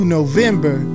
November